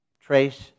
trace